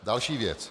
Další věc.